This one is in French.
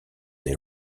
des